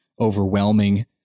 overwhelming